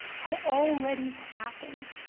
had already happened.